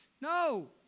No